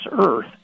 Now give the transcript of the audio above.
earth